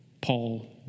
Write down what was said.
Paul